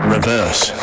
Reverse